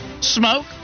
Smoke